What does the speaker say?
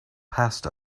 passed